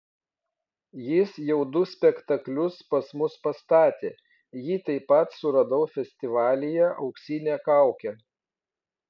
jis jau du spektaklius pas mus pastatė jį taip pat suradau festivalyje auksinė kaukė